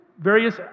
Various